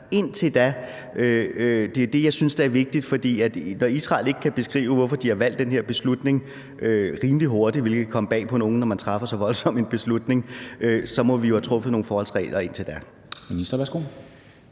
indtil da? Det er det, jeg synes er vigtigt, for når Israel ikke kan beskrive, hvorfor de har truffet den her beslutning rimelig hurtigt – hvilket ikke kan komme bag på nogen – når man træffer så voldsom en beslutning, så må vi jo have truffet nogle forholdsregler indtil da. Kl.